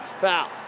foul